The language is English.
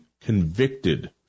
convicted